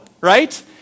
right